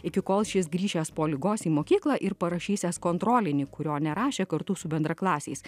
iki kol šis grįžęs po ligos į mokyklą ir parašysiąs kontrolinį kurio nerašė kartu su bendraklasiais